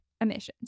emissions